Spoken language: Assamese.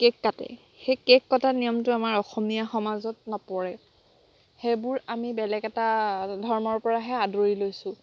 কে'ক কাটে সেই কে'ক কটা নিয়মটো আমাৰ অসমীয়া সমাজত নপৰে সেইবোৰ আমি বেলেগ এটা ধৰ্মৰপৰাহে আদৰি লৈছোঁ